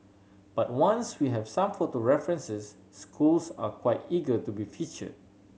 but once we have some photo references schools are quite eager to be featured